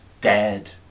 dead